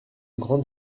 grande